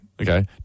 Okay